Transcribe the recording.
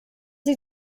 sie